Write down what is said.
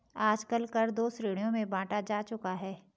आजकल कर को दो श्रेणियों में बांटा जा चुका है